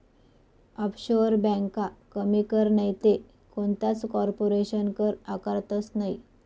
offshore ब्यांका कमी कर नैते कोणताच कारपोरेशन कर आकारतंस नयी